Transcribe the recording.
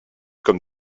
comme